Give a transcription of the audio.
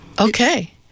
Okay